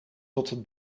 tot